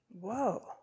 Whoa